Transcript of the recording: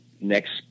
next